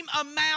amount